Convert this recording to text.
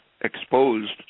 exposed